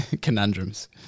conundrums